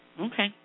Okay